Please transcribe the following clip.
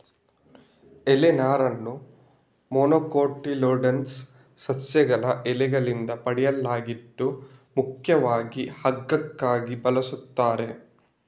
ಎಲೆ ನಾರನ್ನ ಮೊನೊಕೊಟಿಲ್ಡೋನಸ್ ಸಸ್ಯಗಳ ಎಲೆಗಳಿಂದ ಪಡೆಯಲಾಗಿದ್ದು ಮುಖ್ಯವಾಗಿ ಹಗ್ಗಕ್ಕಾಗಿ ಬಳಸ್ತಾರೆ